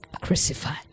crucified